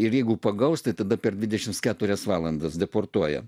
ir jeigu pagaus tai tada per dvidešimt keturias valandas deportuoja